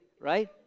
right